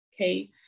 okay